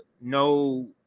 no